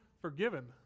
forgiven